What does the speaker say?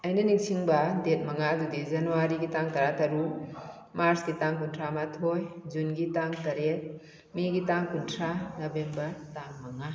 ꯑꯩꯅ ꯅꯤꯡꯁꯤꯡꯕ ꯗꯦꯠ ꯃꯉꯥꯗꯨꯗꯤ ꯖꯅꯋꯥꯔꯤꯒꯤ ꯇꯥꯡ ꯇꯔꯥ ꯇꯔꯨꯛ ꯃꯥꯔꯁꯀꯤ ꯇꯥꯡ ꯀꯨꯟꯊ꯭ꯔꯥ ꯃꯥꯊꯣꯏ ꯖꯨꯟꯒꯤ ꯇꯥꯡ ꯇꯔꯦꯠ ꯃꯦꯒꯤ ꯇꯥꯡ ꯀꯨꯟꯊ꯭ꯔꯥ ꯅꯚꯦꯝꯕꯔ ꯇꯥꯡ ꯃꯉꯥ